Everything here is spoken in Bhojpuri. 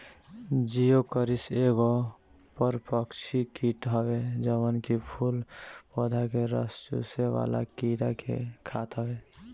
जिओकरिस एगो परभक्षी कीट हवे जवन की फूल पौधा के रस चुसेवाला कीड़ा के खात हवे